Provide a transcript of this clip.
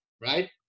right